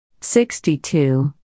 62